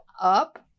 up